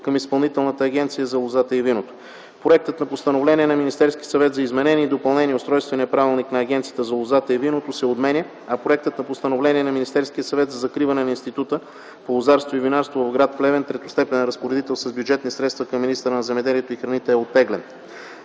към Изпълнителната агенция за лозата и виното. Проектът на постановление на Министерския съвет за изменение и допълнение на Устройствения правилник на Агенцията за лозата и виното се отменя, а проектът на постановление на Министерския съвет за закриване на Института по лозарство и винарство – гр. Плевен, третостепенен разпоредител с бюджетни средства към министъра на земеделието и храните, е оттеглен.